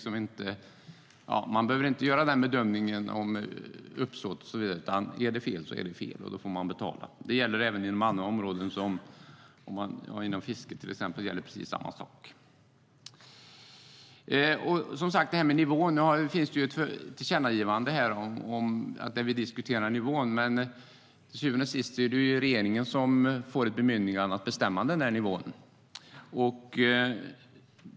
Det behöver inte göras en bedömning om uppsåt och så vidare, utan är det fel så är det fel, och då får man betala. Det gäller även inom andra områden, till exempel fisket. Där gäller samma sak. När det gäller nivån finns nu ett tillkännagivande om den. Till syvende och sist är det regeringen som får ett bemyndigande att bestämma nivån.